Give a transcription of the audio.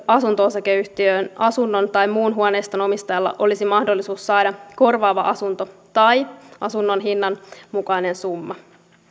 asunto osakeyhtiön asunnon tai muun huoneiston omistajalla olisi mahdollisuus saada korvaava asunto tai asunnon hinnan mukainen summa